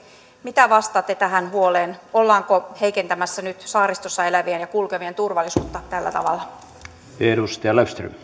mitä vastaatte tähän huoleen ollaanko heikentämässä nyt saaristossa elävien ja kulkevien turvallisuutta tällä tavalla